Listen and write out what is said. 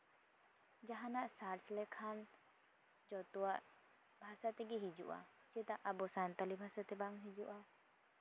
ᱡᱟᱦᱟᱱᱟᱜ ᱥᱟᱨᱪ ᱞᱮᱠᱷᱟᱱ ᱡᱚᱛᱚᱣᱟᱜ ᱵᱷᱟᱥᱟ ᱛᱮᱜᱮ ᱦᱤᱡᱩᱜᱼᱟ ᱪᱮᱫᱟᱜ ᱟᱵᱚ ᱥᱟᱱᱛᱟᱲᱤ ᱵᱷᱟᱥᱟᱛᱮ ᱵᱟᱝ ᱦᱤᱡᱩᱜᱼᱟ